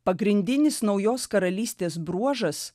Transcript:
pagrindinis naujos karalystės bruožas